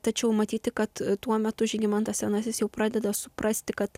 tačiau matyti kad tuo metu žygimantas senasis jau pradeda suprasti kad